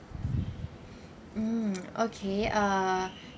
mm okay uh